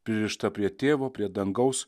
pririšta prie tėvo prie dangaus